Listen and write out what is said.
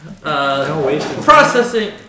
processing